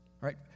Right